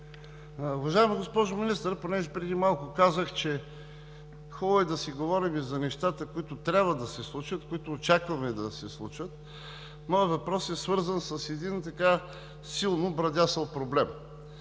Уважаема госпожо Министър, понеже преди малко казах, че е хубаво да си говорим и за нещата, които трябва да се случат, които очакваме да се случат, моят въпрос е свързан с един силно брадясал проблем.